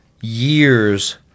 years